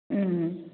ꯎꯝ